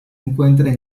encuentra